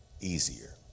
easier